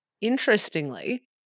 interestingly